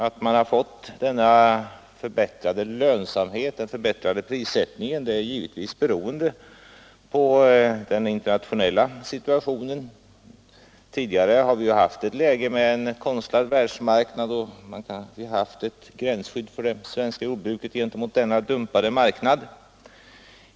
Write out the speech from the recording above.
Att man har fått denna förbättrade lönsamhet är givetvis beroende på den internationella situationen. Tidigare har vi haft ett läge med en konstlad världsmarknad och gränsskydd för det svenska jordbruket gentemot denna dumpade marknad.